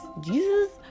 jesus